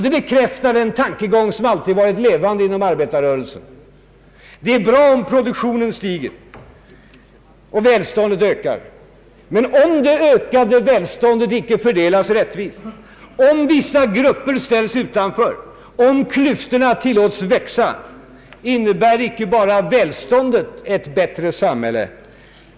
Det bekräftade en tankegång som alltid varit levande inom arbetarrörelsen, nämligen att det är bra om produktionen stiger och välståndet ökar, men om det ökade välståndet icke fördelas rättvist, om vissa grupper ställs utan för, om klyftorna tillåts växa innebär icke välståndet bara ett bättre samhälle.